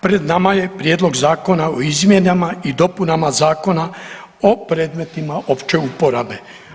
Pred nama je Prijedlog zakona o izmjenama i dopunama Zakona o predmetima opće uporabe.